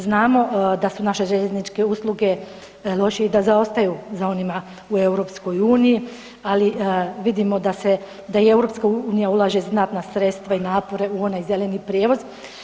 Znamo da su naše željezničke usluge lošije i da zaostaju za onima u EU ali vidimo da EU ulaže znatna sredstva i napore u onaj zeleni prijevoz.